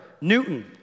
Newton